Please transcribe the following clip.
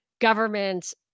government